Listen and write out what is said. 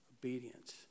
Obedience